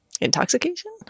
intoxication